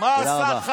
אתה לא ימין,